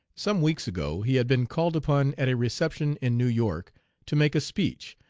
some weeks ago he had been called upon at a reception in new york to make a speech,